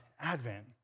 Advent